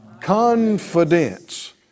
Confidence